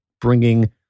Bringing